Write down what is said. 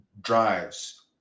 drives